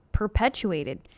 perpetuated